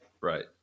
Right